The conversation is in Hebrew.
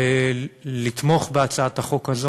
לתמוך בהצעת החוק הזאת.